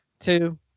Two